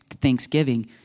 thanksgiving